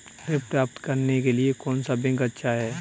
ऋण प्राप्त करने के लिए कौन सा बैंक अच्छा है?